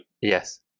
Yes